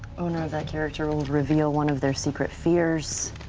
owner of that character will reveal one of their secret fears,